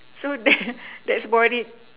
so that that's about it